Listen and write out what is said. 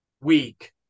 week